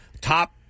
top